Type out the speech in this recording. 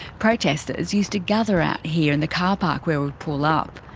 protesters used to gather out here in the carpark where we pull up.